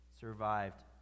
survived